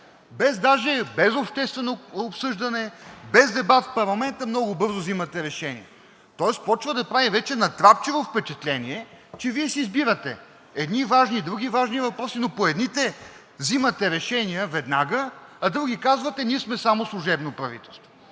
без обществено обсъждане, без дебат в парламента, много бързо вземате решения. Тоест започва да прави натрапчиво впечатление, че Вие си избирате едни важни, други важни въпроси, но по едните вземате решения веднага, а по други казвате: ние сме само служебно правителство.